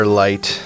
light